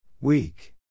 Weak